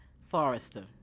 Forrester